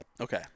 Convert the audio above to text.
Okay